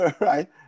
Right